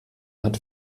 hat